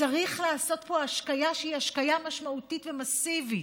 וצריך לעשות פה השקיה שהיא השקיה משמעותית ומסיבית.